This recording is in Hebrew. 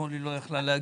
אתמול היא לא יכלה להגיע.